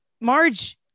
Marge